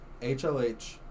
HLH